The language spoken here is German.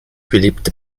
beliebte